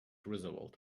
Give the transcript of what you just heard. roosevelt